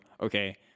okay